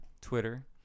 Twitter